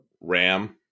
Ram